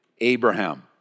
Abraham